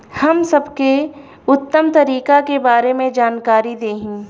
हम सबके उत्तम तरीका के बारे में जानकारी देही?